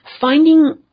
finding